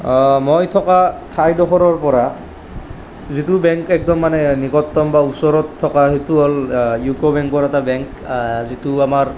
মই থকা ঠাই ডোখৰৰ পৰা যিটো বেংক একদম মানে নিকটতম বা ওচৰত থকা সেইটো হ'ল ইউকো বেংকৰ এটা বেংক যিটো আমাৰ